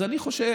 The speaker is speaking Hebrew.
אז אני חושב